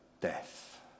death